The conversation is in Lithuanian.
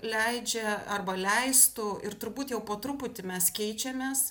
leidžia arba leistų ir turbūt jau po truputį mes keičiamės